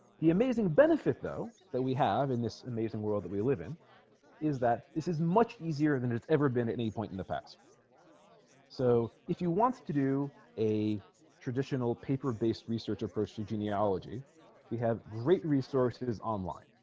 the amazing benefit though that we have in this amazing world that we live in is that this is much easier than it's ever been at any point in the past so if you want to do a traditional paper based research approach to genealogy we have great resources online